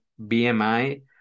BMI